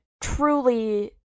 truly